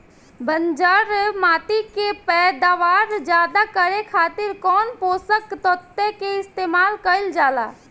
बंजर माटी के पैदावार ज्यादा करे खातिर कौन पोषक तत्व के इस्तेमाल कईल जाला?